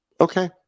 okay